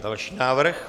Další návrh?